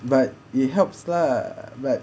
but it helps lah but